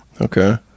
okay